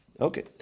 Okay